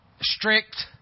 strict